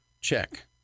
Check